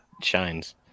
shines